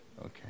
Okay